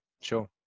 sure